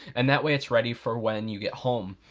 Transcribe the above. and that way, it's ready for when you get home.